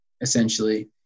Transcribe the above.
essentially